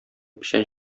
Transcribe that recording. печән